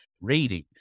reading